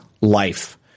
life